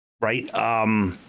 right